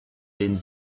denen